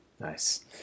Nice